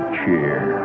cheer